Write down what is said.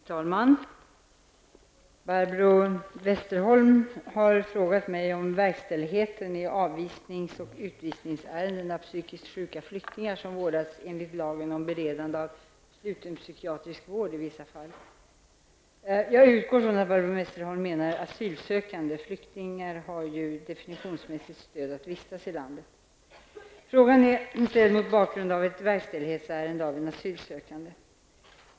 Herr talman! Barbro Westerholm har frågat mig om verkställighet i avvisnings och utvisningsärenden beträffande psykiskt sjuka flyktingar som vårdas enligt lagen om beredande av sluten psykiatrisk vård i vissa fall. Jag utgår från att Barbro Westerholm menar asylsökande. En flykting har ju definitionsmässigt stöd att vistas i landet. Frågan är ställd mot bakgrund av ett verkställighetsärende beträffande en asylsökande.